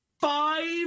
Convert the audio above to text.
five